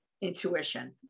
intuition